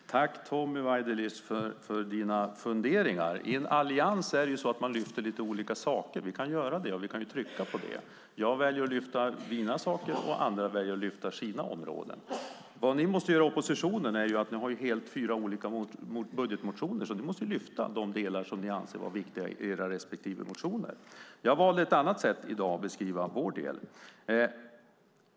Fru talman! Tack, Tommy Waidelich, för dina funderingar! I en allians lyfter man ju fram lite olika saker. Jag väljer att lyfta fram mina saker och andra väljer att lyfta fram sina områden. I oppositionen har ni ju fyra helt olika budgetmotioner, så ni måste lyfta fram de delar som ni anser vara viktiga i era respektive motioner. Jag valde ett annat sätt i dag för att beskriva vår del.